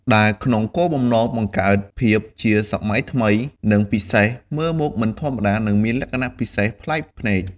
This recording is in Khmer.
ដែលក្នុងគោលបំណងបង្កើតភាពជាសម័យថ្មី និងពិសេសមើលមកមិនធម្មតានិងមានលក្ខណៈពិសេសប្លែកភ្នែក។